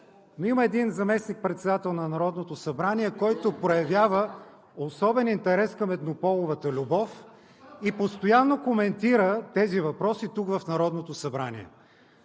но има един заместник-председател на Народното събрание, който проявява особен интерес към еднополовата любов, и постоянно коментира тези въпроси тук в Народното събрание.